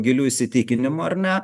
giliu įsitikinimu ar ne